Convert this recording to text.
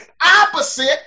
opposite